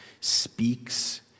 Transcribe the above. speaks